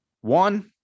one